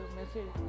message